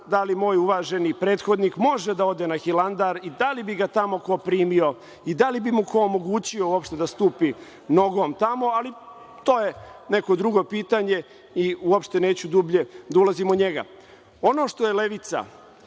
da li moj uvaženi prethodnik može da ode na Hilandar i da li bi ga tamo ko primio i da li bi mu ko omogućio uopšte da stupi nogom tamo, ali to je neko drugo pitanje i uopšte neću dublje da ulazim u njega. Ono što je levica,